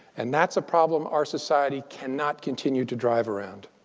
and that's a problem our society cannot continue to drive around.